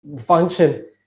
Function